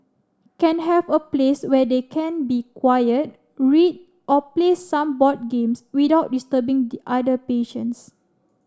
can have a place where they can be quiet read or play some board games without disturbing the other patients